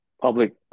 public